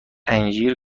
انجیر